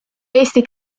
eesti